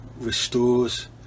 restores